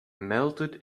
melted